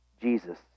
Jesus